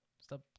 Stop